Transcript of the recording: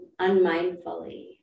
unmindfully